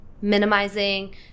minimizing